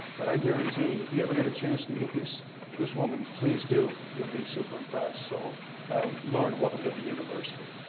but i guarantee, if you ever get a chance to meet this this woman, please do. you'll be super impressed. so lauren, welcome to the university.